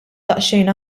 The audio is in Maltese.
daqsxejn